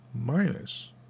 minus